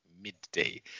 midday